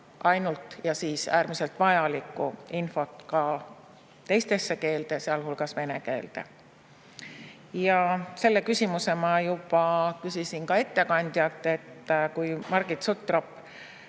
dubleerida äärmiselt vajalikku infot ka teistesse keeltesse, sealhulgas vene keelde. Selle küsimuse ma juba küsisin ka ettekandjalt. Kui Margit Sutrop